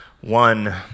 One